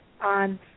on